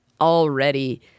already